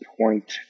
point